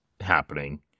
happening